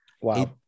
Wow